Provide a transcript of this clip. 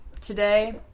today